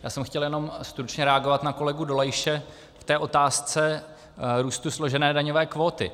Já jsem chtěl jenom stručně reagovat na kolegu Dolejše v té otázce růstu složené daňové kvóty.